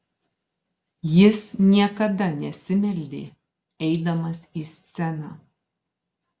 jis niekada nesimeldė eidamas į sceną